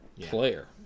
player